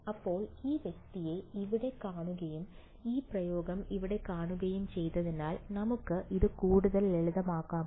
ഇപ്പോൾ ഈ വ്യക്തിയെ ഇവിടെ കാണുകയും ഈ പ്രയോഗം ഇവിടെ കാണുകയും ചെയ്തതിനാൽ നമുക്ക് ഇത് കൂടുതൽ ലളിതമാക്കാമോ